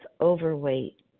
overweight